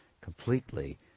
completely